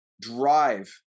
drive